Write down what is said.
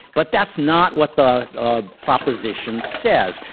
but that's not what the ah proposition says.